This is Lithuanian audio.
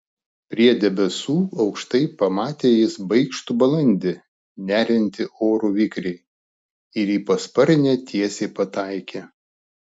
prie debesų aukštai pamatė jis baikštų balandį neriantį oru vikriai ir į pasparnę tiesiai pataikė